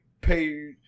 pay